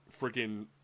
freaking